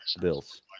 bills